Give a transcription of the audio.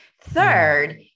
Third